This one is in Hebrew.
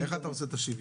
איך אתה עושה את השוויון?